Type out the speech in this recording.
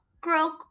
croak